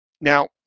Now